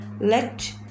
Let